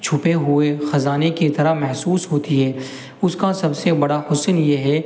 چھپے ہوئے خزانہ کی طرح محسوس ہوتی ہے اس کا سب سے بڑا حسن یہ ہے